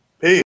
Peace